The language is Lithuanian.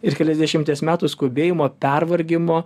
ir keliasdešimties metų skubėjimo pervargimo